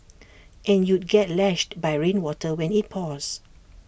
and you'd get lashed by rainwater when IT pours